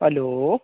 hello